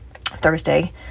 Thursday